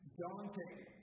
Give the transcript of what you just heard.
daunting